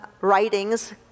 writings